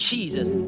Jesus